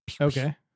Okay